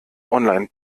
online